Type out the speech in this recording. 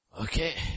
Okay